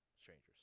strangers